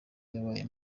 yabaye